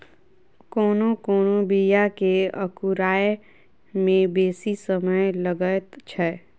कोनो कोनो बीया के अंकुराय मे बेसी समय लगैत छै